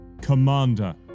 Commander